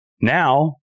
Now